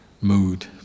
mood